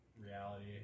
reality